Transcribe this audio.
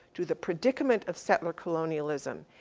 to the predicament of settle ah colonialism.